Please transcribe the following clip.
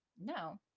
No